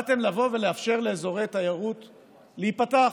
באתם לבוא ולאפשר לאזורי תיירות להיפתח,